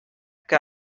que